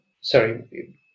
sorry